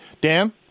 Dan